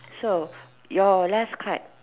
so your last card